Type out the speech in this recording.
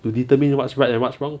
to determine what's right and what's wrong